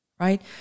Right